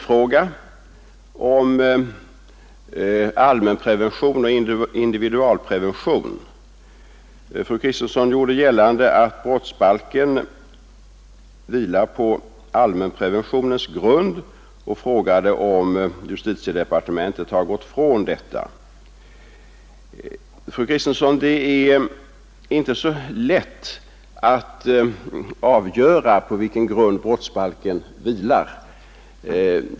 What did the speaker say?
Fru Kristensson gjorde gällande att brottsbalken vilar på allmänpreventionens grund och frågade om justitiedepartementet har gått från detta. Det är inte så lätt, fru Kristensson, att avgöra på vilken grund brottsbalken vilar.